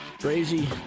Crazy